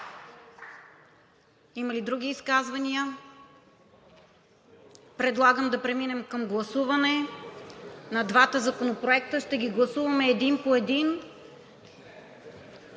Има ли други изказвания? Предлагам да преминем към гласуване на двата законопроекта – ще ги гласуваме един по един.